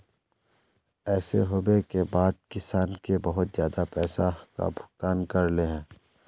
ऐसे होबे के बाद किसान के बहुत ज्यादा पैसा का भुगतान करले है?